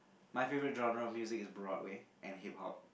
my favorite genre of music is broad way and Hip Hop